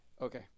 Okay